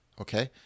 okay